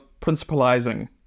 principalizing